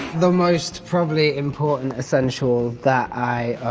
the most probably important essential that i